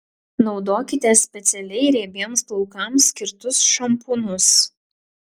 naudokite specialiai riebiems plaukams skirtus šampūnus